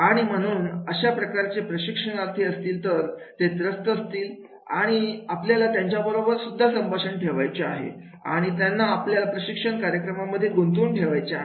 आणि म्हणून अशा प्रकारचे प्रशिक्षणार्थी असतील तर ते त्रस्त असतील आणि आपल्याला त्यांच्याबरोबर सुद्धा संभाषण ठेवायचे आहे आणि त्यांना आपल्या प्रशिक्षण कार्यक्रमांमध्ये गुंतवून ठेवायचे आहे